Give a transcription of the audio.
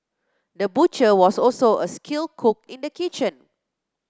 the butcher was also a skilled cook in the kitchen